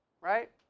right